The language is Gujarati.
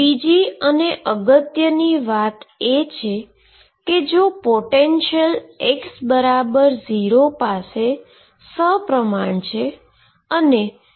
ત્રીજી અને અગત્યની વાત એ છે કે જો પોટેંશીઅલ x0 પાસે સપ્રમાણ છે